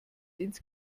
ins